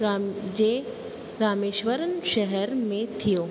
राम जे रामेश्वरम शहर में थियो